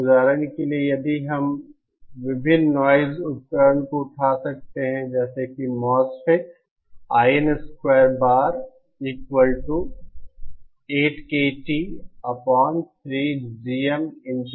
उदाहरण के लिए यदि हम आप विभिन्न नॉइज़ उपकरणों को उठा सकते हैं जैसे कि मोसफेट